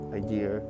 idea